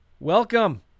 Welcome